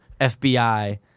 FBI